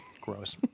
Gross